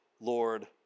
Lord